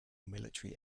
military